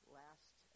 last